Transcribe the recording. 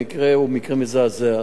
המקרה הוא מקרה מזעזע.